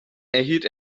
erhielt